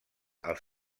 els